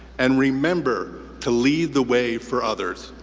and remember to lead the way for others.